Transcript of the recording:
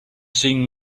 seeing